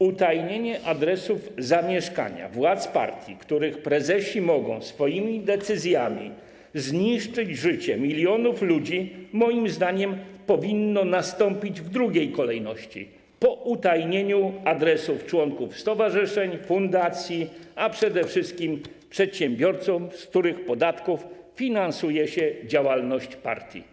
Utajnienie adresów zamieszkania władz partii, których prezesi mogą swoimi decyzjami zniszczyć życie milionów ludzi, moim zdaniem powinno nastąpić w drugiej kolejności, po utajnieniu adresów członków stowarzyszeń, fundacji, a przede wszystkim przedsiębiorców, z których podatków finansuje się działalność partii.